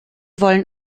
wollen